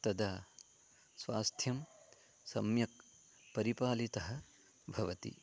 तदा स्वास्थ्यं सम्यक् परिपालितं भवति